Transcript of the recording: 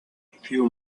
few